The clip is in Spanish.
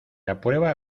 aprueba